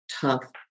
tough